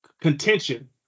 contention